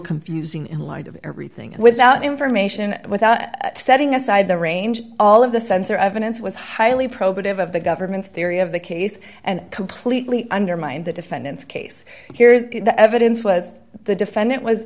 confusing in light of everything and without information without setting aside the range all of the sensor evidence was highly probative of the government's theory of the case and completely undermined the defendant's case here is the evidence was the defendant was